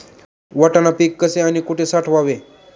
वाटाणा पीक कसे आणि कुठे साठवावे?